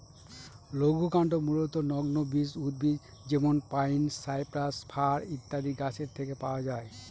লঘুকাঠ মূলতঃ নগ্নবীজ উদ্ভিদ যেমন পাইন, সাইপ্রাস, ফার ইত্যাদি গাছের থেকে পাওয়া যায়